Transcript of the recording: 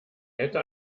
hätte